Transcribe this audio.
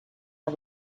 are